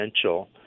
essential